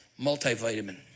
Multivitamin